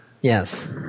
Yes